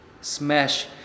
smash